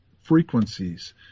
frequencies